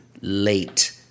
late